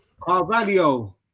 Carvalho